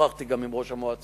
שוחחתי גם עם ראש המועצה,